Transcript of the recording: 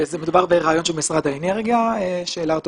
מדובר ברעיון של משרד האנרגיה שהעלה אותו